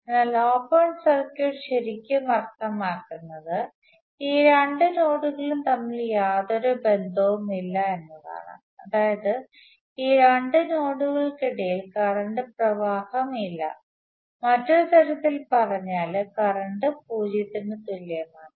അതിനാൽ open circuit ശരിക്കും അർത്ഥമാക്കുന്നത് ഈ രണ്ട് നോഡുകളും തമ്മിൽ യാതൊരു ബന്ധവുമില്ല എന്നാണ് അതായത് ഈ രണ്ട് നോഡുകൾക്കിടയിൽ കറണ്ട് പ്രവാഹം ഇല്ല മറ്റൊരു തരത്തിൽ പറഞ്ഞാൽ കറന്റ് 0 ന് തുല്യമാണ്